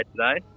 today